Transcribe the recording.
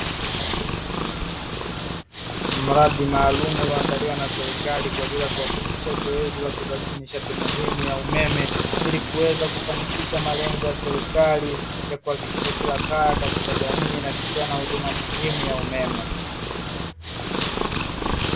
Mradi maalumu ulio andaliwa na serikali kwa ajili ya kuhakikisha zoezi la kuzalisha nishati muhimu ya umeme, ili kuweza kufanikisha malengo ya serikali, ya kuhakikisha kila kaya katika jamii inafikiwa na huduma muhimu ya umeme.